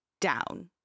down